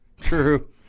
True